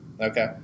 Okay